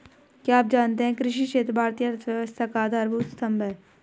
क्या आप जानते है कृषि क्षेत्र भारतीय अर्थव्यवस्था का आधारभूत स्तंभ है?